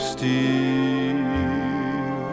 steel